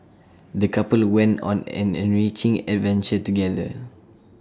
the couple went on an enriching adventure together